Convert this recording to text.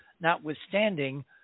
notwithstanding